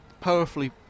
powerfully